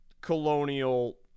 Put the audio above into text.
colonial